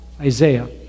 Isaiah